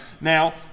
Now